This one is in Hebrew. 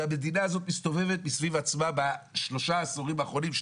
והמדינה הזאת מסתובבת סביב עצמה בשני העשורים